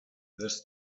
this